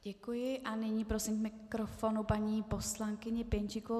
Děkuji a nyní prosím k mikrofonu paní poslankyni Pěnčíkovou.